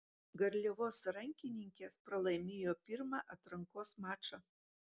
garliavos rankininkės pralaimėjo pirmą atrankos mačą